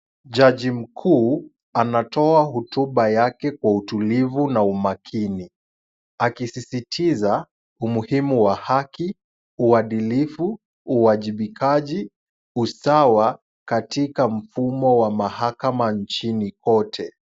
Jaji mkuu anatoa hotuba yake kwa utulivu na umakini akisisitiza umuhimu wa haki, uhadilifu, uwajibikaji, ustawa katika mfumo wa mahakama nchini kote.